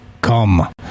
Come